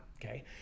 Okay